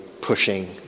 pushing